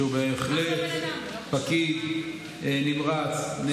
שהוא בהחלט פקיד נמרץ, אחלה בן אדם.